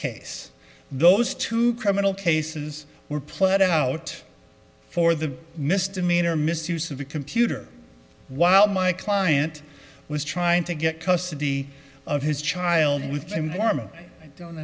case those two criminal cases were pled out for the misdemeanor misuse of a computer while my client was trying to get custody of his child with warm don't